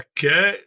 Okay